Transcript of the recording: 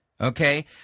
Okay